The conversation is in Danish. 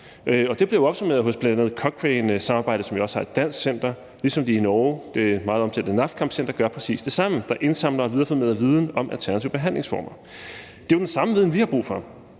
det blev opsummeret gennem bl.a. Cochrane-samarbejdet, som også har et dansk center, ligesom de i Norge med det meget omtalte NAFKAM-center gør præcis det samme, nemlig indsamler og formidler viden om alternative behandlingsformer. Det er den samme viden, vi har brug for,